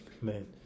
man